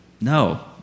No